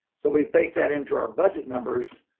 so we baked that into our budget numbers.